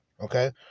Okay